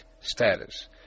status